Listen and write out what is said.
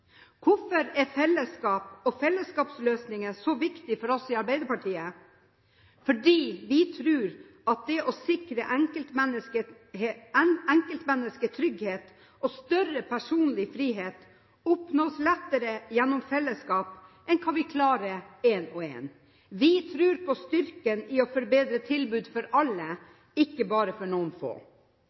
Hvorfor er fellesskap og fellesskapsløsninger så viktige for oss i Arbeiderpartiet? Jo, fordi vi tror at det å sikre enkeltmennesket trygghet og større personlig frihet lettere oppnås gjennom fellesskap enn hva vi klarer en og en. Vi tror på styrken i å forbedre tilbud for alle, ikke bare for noen få.